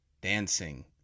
Dancing